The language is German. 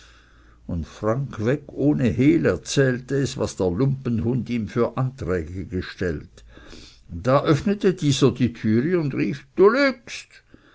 und frankweg ohne hehl erzählte es was der lumpenhund ihm für anträge gestellt da öffnete dieser die türe und rief du lügst